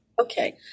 Okay